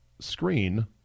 screen